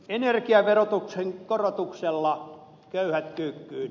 energiaverotuksen korotuksella köyhät kyykkyyn